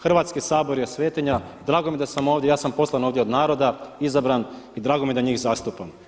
Hrvatski sabor je svetinja, drago mi je da sam ovdje, ja sam poslan ovdje od naroda, izabran i drago mi je da njih zastupam.